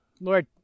Lord